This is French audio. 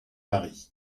pari